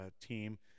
team